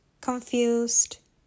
confused